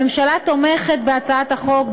הממשלה תומכת בהצעת החוק,